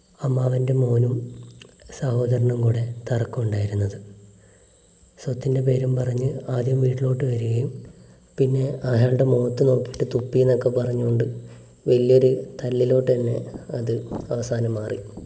അമ്മാവൻ്റെ മോനും സഹോദരനും കൂടെ തർക്കം ഉണ്ടായിരുന്നത് സ്വത്തിൻ്റെ പേരും പറഞ്ഞ് ആദ്യം വീട്ടിലോട്ട് വരികയും പിന്നെ ആയാളുടെ മുഖത്ത് നോക്കിയിട്ട് തുപ്പി എന്നൊക്കെ പറഞ്ഞുകൊണ്ട് വലിയൊരു തല്ലിലോട്ട് തന്നെ അത് അവസാനം മാറി